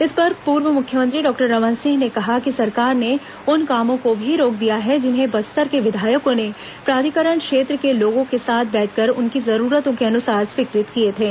इस पर पूर्व मुख्यमंत्री डॉक्टर रमन सिंह ने कहा कि सरकार ने उन कामों को भी रोक दिया है जिन्हें बस्तर के विधायकों ने प्राधिकरण क्षेत्र के लोगों के साथ बैठकर उनकी जरूरतों के अनुसार स्वीकृत किए थे